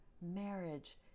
marriage